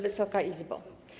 Wysoka Izbo!